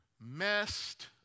messed